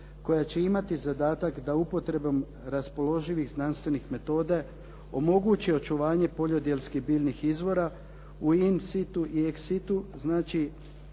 koja će imati zadatak da upotrebom raspoloživih znanstvenih metoda omogući očuvanje poljodjelskih biljnih izvora u …/Govornik se ne